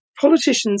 politicians